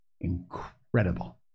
Incredible